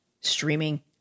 streaming